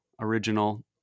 original